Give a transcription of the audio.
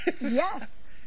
Yes